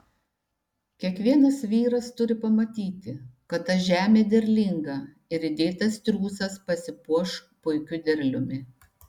kiekvienas vyras turi pamatyti kad ta žemė derlinga ir įdėtas triūsas pasipuoš puikiu derliumi